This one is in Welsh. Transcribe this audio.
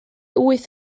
wyth